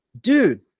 dude